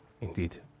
Indeed